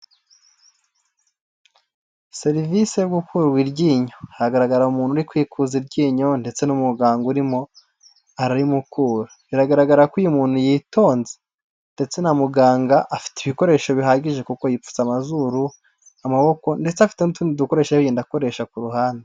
Serivise yo gukurwa iryinyo, haragaragara umuntu uri kwikuza iryinyo ndetse n'umuganga urimo ararimukura. Biragaragara ko uyu muntu yitonze ndetse na muganga afite ibikoresho bihagije kuko yipfutse amazuru, amaboko ndetse afite n'utundi dukoresho ari kugenda akoresha ku ruhande.